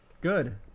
Good